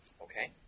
Okay